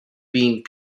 being